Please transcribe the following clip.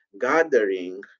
gathering